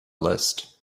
list